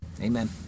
Amen